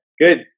good